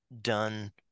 done